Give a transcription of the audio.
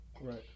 Right